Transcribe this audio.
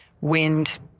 wind